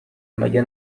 مگه